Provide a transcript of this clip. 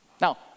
Now